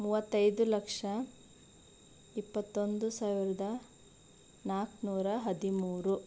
ಮೂವತ್ತೈದು ಲಕ್ಷ ಇಪ್ಪತ್ತೊಂದು ಸಾವಿರದ ನಾಲ್ಕುನೂರ ಹದಿಮೂರು